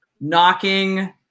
knocking